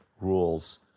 rules